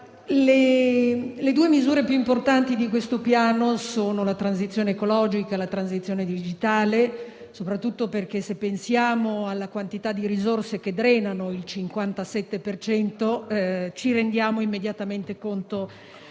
le due misure più importanti di questo Piano sono la transizione ecologica e la transizione digitale, soprattutto perché, se pensiamo alla quantità di risorse che drenano, il 57 per cento, ci rendiamo immediatamente conto